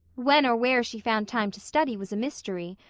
when or where she found time to study was a mystery,